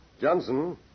Johnson